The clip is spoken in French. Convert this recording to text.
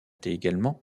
également